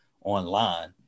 online